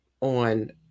on